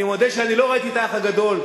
אני מודה שאני לא ראיתי את "האח הגדול",